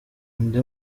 indi